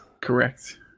Correct